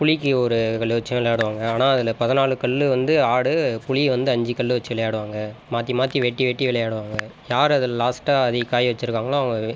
புலிக்கு ஒரு கல்லு வச்சும் விளையாடுவாங்கள் ஆனால் அதில் பதினாலு கல்லு வந்து ஆடு புலி வந்து அஞ்சு கல்லு வச்சு விளையாடுவாங்க மாற்றி மாற்றி வெட்டி வெட்டி விளையாடுவாங்கள் யாரு அதில் லாஸ்ட்டாக அதிக காய் வச்சுருக்காங்களோ அவங்க